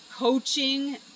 Coaching